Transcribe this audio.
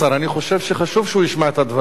אני חושב שחשוב שהוא ישמע את הדברים.